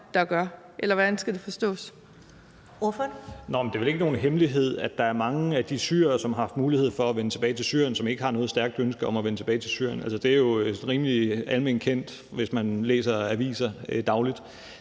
Kl. 14:33 Rasmus Stoklund (S): Men det er vel ikke nogen hemmelighed, at der er mange af de syrere, som har haft mulighed for at vende tilbage til Syrien, som ikke har noget stærkt ønske om at vende tilbage til Syrien. Altså, det er jo rimelig alment kendt, hvis man læser aviser dagligt.